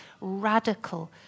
radical